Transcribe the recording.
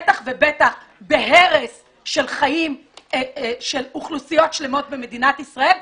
בטח ובטח בהרס של חיים של אוכלוסיות שלמות במדינת ישראל.